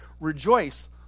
Rejoice